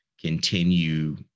continue